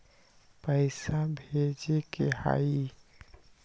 पैसा भेजे के हाइ?